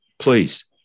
Please